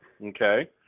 Okay